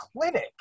clinic